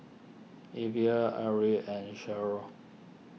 Alvy Aria and